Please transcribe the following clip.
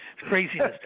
Craziness